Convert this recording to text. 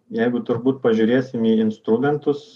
jeigu turbūt pažiūrėsim į instrumentus